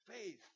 faith